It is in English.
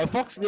Fox